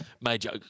major